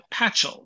Patchell